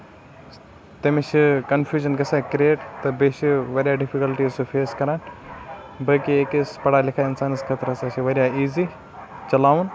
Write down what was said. تٔمِس چھُ کَنفیوجن گژھان کریٹ تہٕ بیٚیہِ چھُ واریاہ ڈِفکَلٹیٖز سُہ فیس کران باقٕے أکس پَڑا لِکھا اِنسانَس خٲطرٕ ہسا چھُ واریاہ ایزی چلاوُن